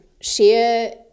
share